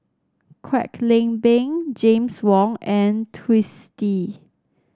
Kwek Leng Beng James Wong and Twisstii